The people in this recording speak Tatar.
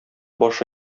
башы